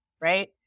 right